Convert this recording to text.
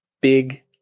big